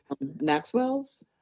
Maxwell's